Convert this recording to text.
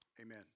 Amen